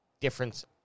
difference